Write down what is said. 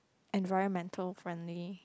environmental friendly